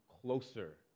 closer